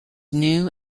new